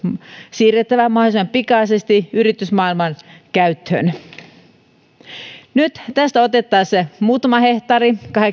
siirrettävä mahdollisimman pikaisesti yritysmaailman käyttöön nyt tässä otettaisiin muutama hehtaari